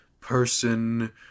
person